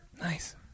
Nice